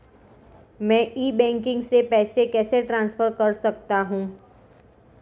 मैं e banking से पैसे कैसे ट्रांसफर कर सकता हूं?